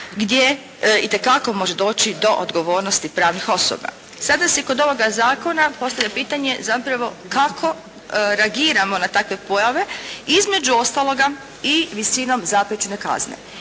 gdje itekako može doći do odgovornosti pravnih osoba. Sada se kod ovoga zakona postavlja pitanje zapravo kako reagiramo na takve pojave? Između ostaloga i visinom zapriječene kazne.